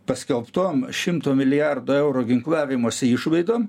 paskelbtom šimto milijardų eurų ginklavimosi išlaidom